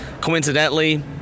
Coincidentally